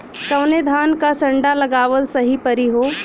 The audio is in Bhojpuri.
कवने धान क संन्डा लगावल सही परी हो?